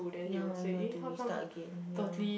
ya and have to restart again ya